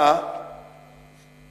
למדיניות שמופיעה